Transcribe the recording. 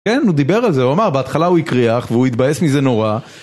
כן, הוא דיבר על זה, הוא אמר בהתחלה הוא הקריח, והוא התבאס מזה נורא...